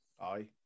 Aye